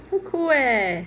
so cool eh